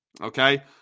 Okay